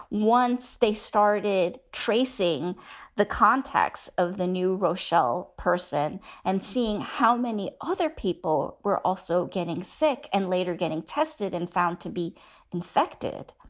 once they started tracing the contacts of the new rochelle person and seeing how many other people were also getting sick and later getting tested and found to be infected.